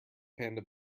panda